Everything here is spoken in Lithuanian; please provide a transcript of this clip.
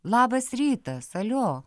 labas rytas alio